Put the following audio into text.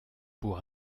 pour